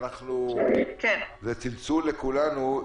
הצלצול ששומעים הוא צלצול לכולנו.